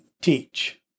teach